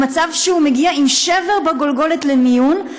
למצב שהוא מגיע עם שבר בגולגולת למיון,